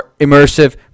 immersive